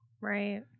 right